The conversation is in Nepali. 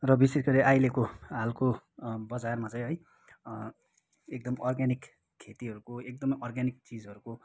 र विशेष गरी अहिलेको हालको बजारमा चाहिँ है एकदम अर्ग्यानिक खेतीहरूको एकदमै अर्ग्यानिक चिजहरूको